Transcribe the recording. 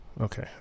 okay